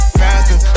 faster